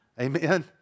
Amen